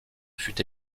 fut